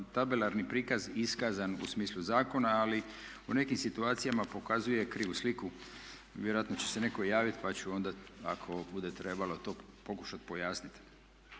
tabelarni prikaz iskazan u smislu zakona, ali u nekim situacijama pokazuje krivu sliku. Vjerojatno će se netko javiti pa ću onda ako bude trebalo to pokušati pojasniti.